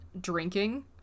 drinking